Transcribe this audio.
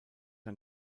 ein